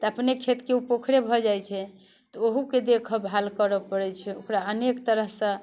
तऽ अपने खेतके ओ पोखरि भऽ जाइत छै तऽ ओहोके देख भाल करऽ पड़ैत छै ओकरा अनेक तरहसँ